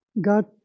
God